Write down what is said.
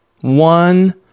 one